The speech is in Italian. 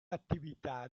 attività